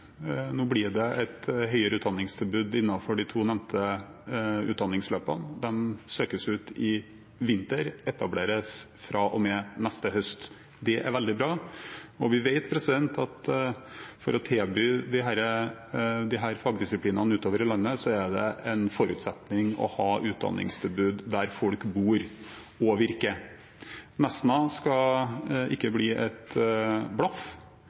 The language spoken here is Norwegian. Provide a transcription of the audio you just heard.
Nå blir det et høyere utdanningstilbud innenfor de to nevnte utdanningsløpene. De åpnes for søkere i vinter og etableres fra og med neste høst. Det er veldig bra, og vi vet at for å tilby disse fagdisiplinene utover i landet er det en forutsetning å ha utdanningstilbud der folk bor og virker. Nesna skal ikke bli et blaff,